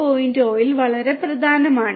0 ൽ വളരെ പ്രധാനമാണ്